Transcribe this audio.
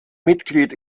mitglied